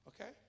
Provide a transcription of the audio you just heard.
okay